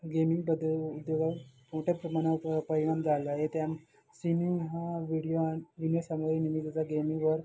गेमिंगबद्दल उद्योगा मोठ्या प्रमाणात परिणाम झाला आहे त्या सिमिंग हा व्हिडिओ विनिओ सामग्री निमी त्याचा गेमिंगवर